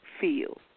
feel